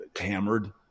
hammered